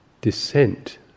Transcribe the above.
descent